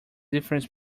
difference